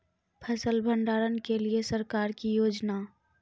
फसल भंडारण के लिए सरकार की योजना?